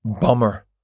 bummer